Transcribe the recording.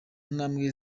ntambwe